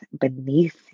beneath